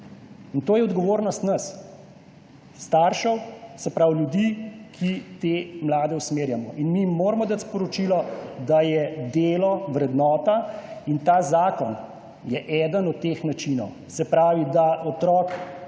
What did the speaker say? In to je odgovornost nas staršev, se pravi ljudi, ki te mlade usmerjamo. Mi moramo dati sporočilo, da je delo vrednota. Ta zakon je eden od teh načinov. Se pravi, da otrok